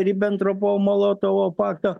ribentropo molotovo pakto